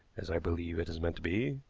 as i believe it is meant to be,